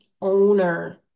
owner